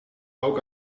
ook